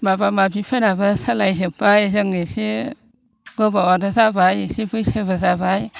माबा माबिफोराबो सोलाय जोब्बाय जों एसे गोबावानो जाबाय एसे बैसोबो जाबाय